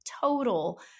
total